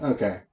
Okay